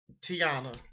Tiana